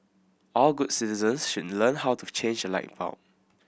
all good citizens should learn how to change a light bulb